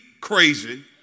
crazy